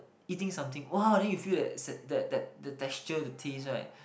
eating something !wah! then you feel that that that that the texture of the taste right